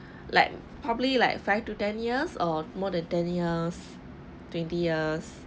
like probably like five to ten years or more than ten years twenty years